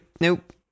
Nope